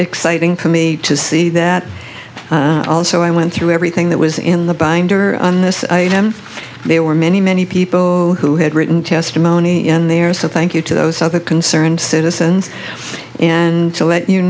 exciting to me to see that also i went through everything that was in the binder on this they were many many people who had written testimony in there so thank you to those other concerned citizens and to let you